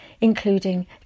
including